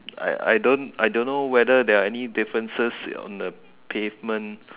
I I don't I don't know whether there are any differences on the pavement